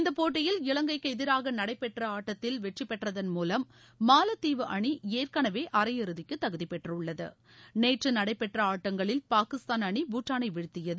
இந்தப் போட்டியில் இவங்கைக்கு எதிராக நடைபெற்ற ஆட்டத்தில் வெற்றி பெற்றதன் முலம் மாலத்தீவு அணி ஏற்கெனவே அரையிறுதிக்கு தகுதி பெற்றுள்ளது நேற்று நடைபெற்ற ஆட்டங்களில் பாகிஸ்தான் அணி பூட்டானை வீழ்த்தியது